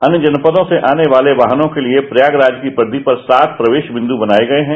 अन्य जनपदो से आने वाले वाहनों के लिए प्रयागराज की पटरी पर सात प्रवेश बिंद् बनाए गये हैं